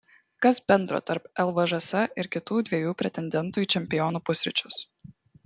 kas bendro tarp lvžs ir kitų dviejų pretendentų į čempionų pusryčius